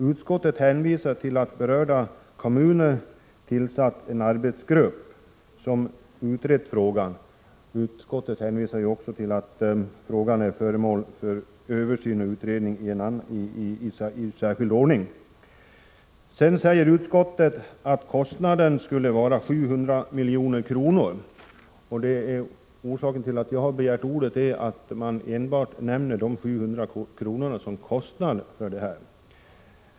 Utskottet hänvisar till att berörda kommuner har tillsatt en arbetsgrupp som utrett frågan samt till att frågan är föremål för översyn och utredning i särskild ordning. Sedan säger utskottet att kostnaden för projektet skulle vara 700 milj.kr. Orsaken till att jag har begärt ordet är att man enbart nämner de 700 miljonerna som en kostnad.